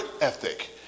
ethic